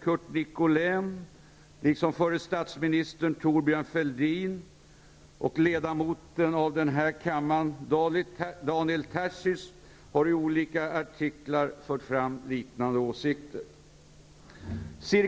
Även förre SAF-ordföranden Daniel Tarschys har i olika artiklar fört fram liknande åsikter.